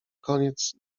koniec